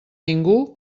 ningú